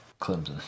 Clemson